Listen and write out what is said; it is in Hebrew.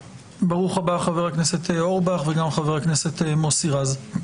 ברוך הבא חבר הכנסת ניר אורבך וגם חבר הכנסת מוסי רז.